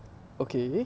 okay